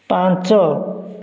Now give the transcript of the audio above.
ପାଞ୍ଚ